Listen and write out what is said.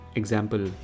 example